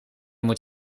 moet